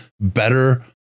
better